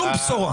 שום בשורה.